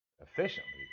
efficiently